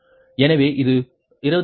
எனவே இது 22